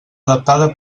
adaptada